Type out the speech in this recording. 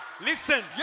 listen